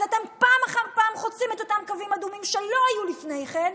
אז אתם פעם אחר פעם חוצים את אותם קווים אדומים שלא היו לפני כן,